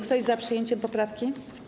Kto jest za przyjęciem poprawki?